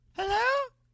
Hello